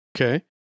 Okay